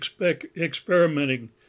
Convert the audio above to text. experimenting